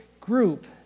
group